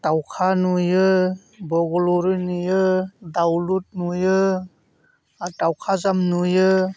दाउखा नुयो बग'ल'रि नुयो दाउलुर नुयो आरो दाउखाजान नुयो